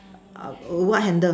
uh what handle